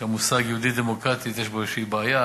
שהמושג "יהודית דמוקרטית" יש בו איזושהי בעיה.